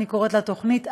אני קוראת לה "תוכנית אב-אם"